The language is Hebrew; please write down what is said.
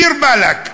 דיר באלכ.